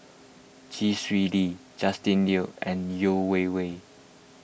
Chee Swee Lee Justin Lean and Yeo Wei Wei